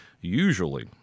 usually